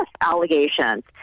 allegations